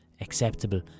acceptable